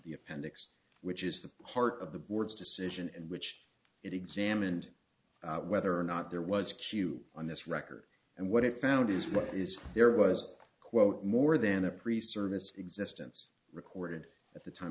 the appendix which is the heart of the board's decision and which it examined whether or not there was a queue on this record and what it found is what is there was quote more than a pre service existence recorded at the time